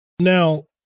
Now